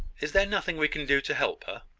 is there nothing we can do to help her?